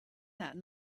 that